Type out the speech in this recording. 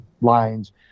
lines